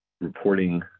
reporting